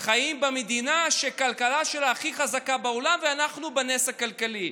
חיים במדינה שהכלכלה שלה הכי חזקה בעולם ואנחנו בנס כלכלי.